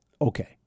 Okay